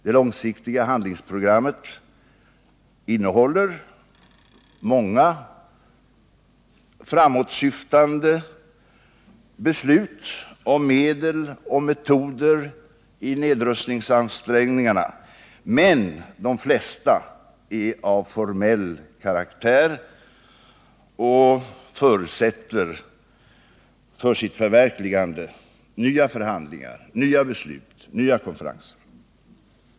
Det långsiktiga handlingsprogrammet innehåller många framåtsyftande beslut om medel och metoder i nedrustningsansträngningarna, men de flesta är av formell karaktär och förutsätter för sitt förverkligande nya förhandlingar, nya beslut, nya konferenser.